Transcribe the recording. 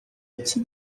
iki